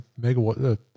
megawatt